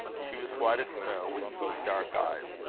she was white as snow, with keen, dark eyes.